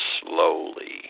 slowly